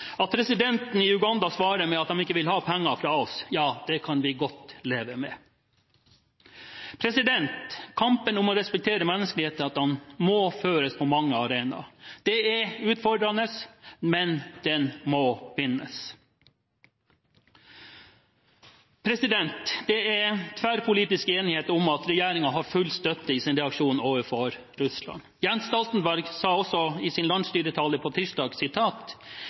ikke vil ha penger fra oss, kan vi godt leve med. Kampen om å respektere menneskerettighetene må føres på mange arenaer. Det er utfordrende, men den må vinnes. Det er tverrpolitisk enighet om å gi full støtte til regjeringens reaksjon overfor Russland. Jens Stoltenberg sa i sin